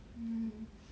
mm